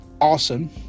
awesome